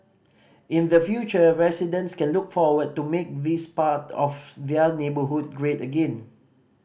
in the future residents can look forward to make this part of their neighbourhood great again